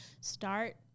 start